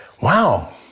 wow